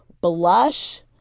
blush